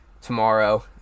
tomorrow